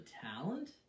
talent